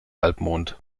halbmond